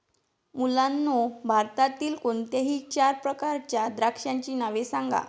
मुलांनो भारतातील कोणत्याही चार प्रकारच्या द्राक्षांची नावे सांगा